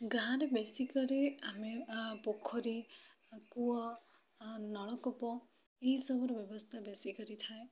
ଗାଁରେ ବେଶୀ କରି ଆମେ ପୋଖରୀ କୂଅ ନଳକୂପ ଏଇସବୁର ବ୍ୟବସ୍ଥା ବେଶୀ କରିଥାଏ